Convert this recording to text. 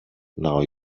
now